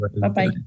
Bye-bye